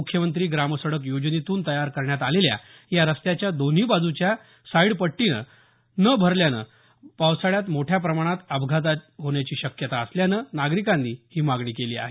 मुख्यमंत्री ग्रामसडक योजनेतून तयार करण्यात आलेल्या या रस्त्याच्या दोन्ही बाजूच्या साईडपट्टी न भरल्यामुळे पावसाळ्यात मोठ्या प्रमाणात अपघाताची होण्याची शक्यता असल्यानं नागरिकांनी ही मागणी केली आहे